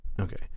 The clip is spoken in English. Okay